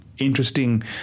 Interesting